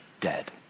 dead